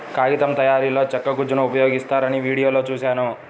కాగితం తయారీలో చెక్క గుజ్జును ఉపయోగిస్తారని వీడియోలో చూశాను